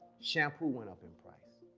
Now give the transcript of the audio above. shampoo went up in price.